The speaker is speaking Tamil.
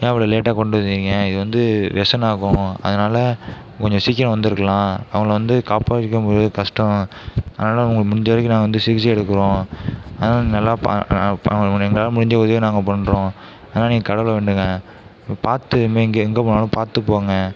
ஏன் இவ்வளோ லேட்டாக கொண்டு வந்திங்க இது வந்து விஷ நாகம் அதனால கொஞ்சம் சீக்கிரம் வந்திருக்கலாம் அவங்கள வந்து காப்பாற்றிக்க முடியாது கஷ்டம் அதனாலே அவர்களுக்கு முடிஞ்ச வரைக்கும் நாங்கள் வந்து சிகிச்சை எடுக்கிறோம் அதனால நல்லா பா அவர்களுக்கு கொஞ்சம் எங்களால் முடிஞ்ச உதவியை நாங்கள் பண்ணுறோம் அதனாலே நீங்கள் கடவுளை வேண்டுங்க பார்த்து இனிமேல் எங்கே எங்கே போனாலும் பார்த்து போங்க